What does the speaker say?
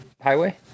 highway